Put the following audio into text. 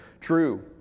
true